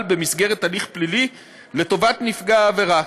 במסגרת הליך פלילי לטובת נפגע העבירה.